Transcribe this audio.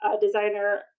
designer